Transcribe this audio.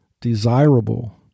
desirable